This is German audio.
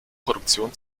produktion